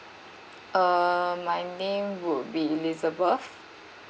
uh my name would be elizabeth